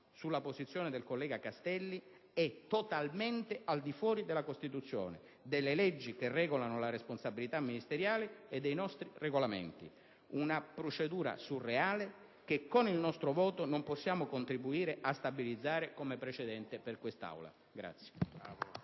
sulla posizione del collega Castelli, è totalmente al di fuori della Costituzione, delle leggi che regolano la responsabilità ministeriale e dei nostri Regolamenti; una procedura surreale che con il nostro voto non possiamo contribuire a stabilizzare come precedente per quest'Aula.